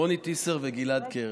רוני טיסר וגלעד קרן.